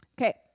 okay